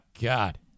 God